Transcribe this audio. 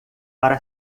para